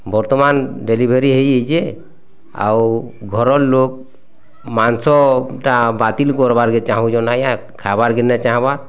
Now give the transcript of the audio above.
ବର୍ତ୍ତମାନ୍ ଡେଲିଭରି ହେଇଯାଇଛି ଯେ ଆଉ ଘର ଲୋକ୍ ମାଂସଟା ବାତିଲ୍ କର୍ବାକେ ଚାହୁଁଛନ୍ ଆଜ୍ଞା ଖାଇବାର୍କେ ନାଇଁ ଚାହଁବା